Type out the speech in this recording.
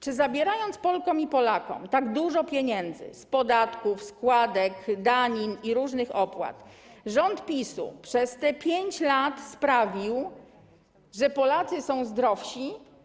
Czy zabierając Polkom i Polakom tak dużo pieniędzy z podatków, składek, danin i różnych opłat, rząd PiS-u przez te 5 lat sprawił, że Polacy są zdrowsi?